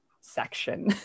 section